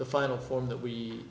the final form that we